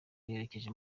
werekeje